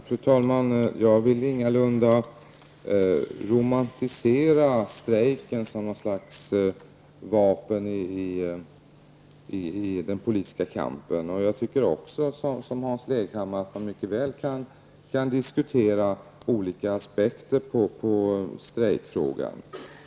Fru talman! Jag vill ingalunda romantisera strejken som något slags vapen i den politiska kampen. Jag tycker, precis som Hans Leghammar, att man mycket väl kan diskutera olika aspekter på strejkfrågan.